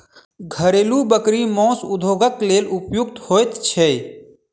घरेलू बकरी मौस उद्योगक लेल उपयुक्त होइत छै